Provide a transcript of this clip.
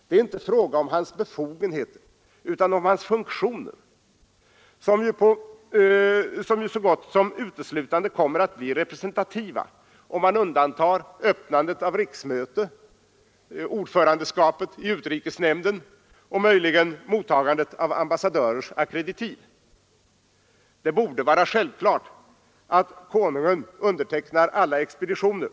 Det är inte fråga om hans befogenheter utan om hans funktioner, som ju så gott som uteslutande kommer att bli representativa, om man undantar öppnandet av riksmöte, ordförandeskapet i utrikesnämnden och möjligen mottagandet av ambassadörers ackreditiv. Det borde vara självklart att konungen undertecknar alla expeditioner.